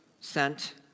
sent